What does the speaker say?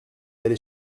aller